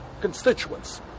constituents